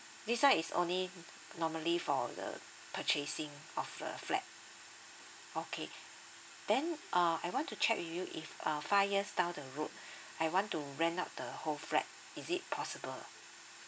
this one is only normally for the purchasing of the flat okay then uh I want to check with you if uh five years down the road I want to rent out the whole flat is it possible ah